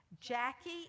Jackie